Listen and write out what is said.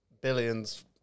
billions